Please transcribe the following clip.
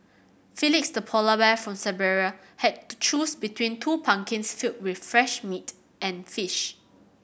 Felix the polar bear from Siberia had to choose between two pumpkins filled with fresh meat and fish